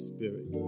Spirit